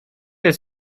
jest